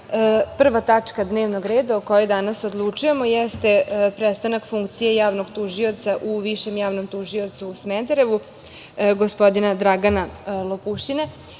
prva tačka dnevnog reda o kojoj danas odlučujemo jeste prestanak funkcije javnog tužioca u Višem javnom tužilaštvu u Smederevu gospodina Dragana Lopušine